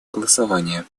голосования